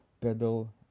pedal